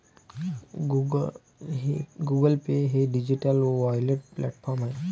Google Pay हे digital wallet platform आहे